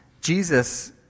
Jesus